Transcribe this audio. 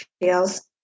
feels